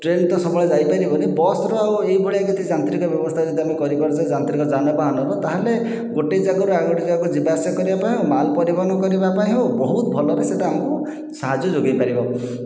train ତ ସବୁବେଳେ ଯାଇପାରିବନି ବସ୍ ର ଆଉ ଏହିଭଳିଆ ଯଦି ଯାନ୍ତ୍ରିକ ବ୍ୟବସ୍ଥା ଯଦି ଆମେ କରିପାରୁଛେ ଯାନ୍ତ୍ରିକ ଯାନବାହନରେ ତା'ହେଲେ ଗୋଟିଏ ଯାଗାରୁ ଆଉ ଗୋଟିଏ ଯାଗାକୁ ଯିବାଆସିବା କରିବାପାଇଁ ହେଉ ମାଲ୍ ପରିବହନ କରିବାପାଇଁ ହେଉ ବହୁତ ଭଲରେ ସେଇଟା ଆମକୁ ସାହାଯ୍ୟ ଯୋଗାଇପାରିବ